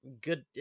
good